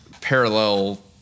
parallel